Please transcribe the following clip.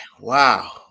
wow